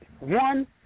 One